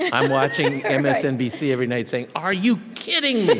i'm watching msnbc every night, saying, are you kidding but